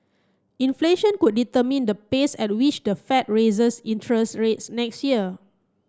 inflation could determine the pace at which the Fed raises interest rates next year